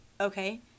Okay